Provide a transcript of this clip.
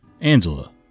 Angela